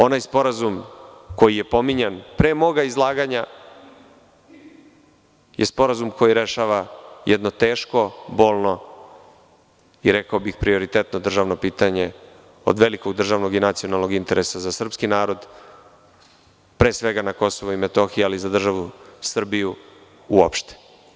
Onaj sporazum koji je pominjan pre moga izlaganja i sporazum koji rešava jedno teško, bolno i rekao bih prioritetno državno pitanje od velikog državnog i nacionalnog interesa za srpski narod, pre svega na Kosovu i Metohiji, ali i za državu Srbiju uopšte.